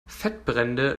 fettbrände